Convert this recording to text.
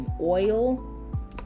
oil